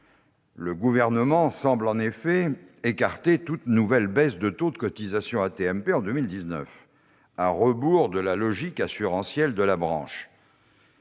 le Gouvernement semble écarter toute nouvelle baisse de taux de cotisation en 2019, à rebours de la logique assurantielle de la branche.